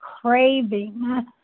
craving